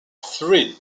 three